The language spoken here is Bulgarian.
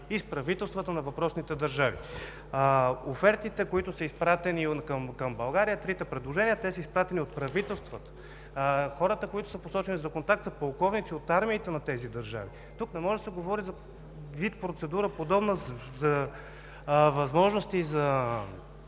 и с правителствата на въпросните държави. Офертите, които са изпратени към България – трите предложения, са изпратени от правителствата. Хората, които са посочени за контакт, са полковници от армиите на тези държави. Тук не може да се говори за вид подобна процедура, с възможности за